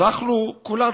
אנחנו, כולנו,